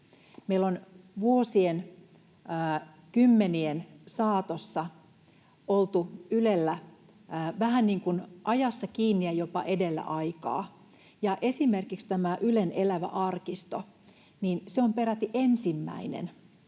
meillä on vuosien ja vuosikymmenien saatossa oltu Ylellä vähän niin kuin ajassa kiinni ja jopa edellä aikaa. Esimerkiksi Ylen Elävä arkisto on peräti ensimmäinen